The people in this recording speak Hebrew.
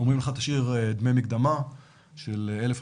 אומרים לך להשאיר דמי מקדמה של 1,000,